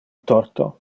torto